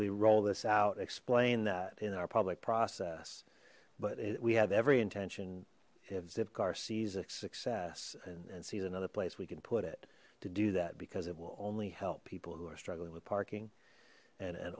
we roll this out explain that in our public process but we have every intention of zipcar sees a success and sees another place we can put it to do that because it will only help people who are struggling with parking and a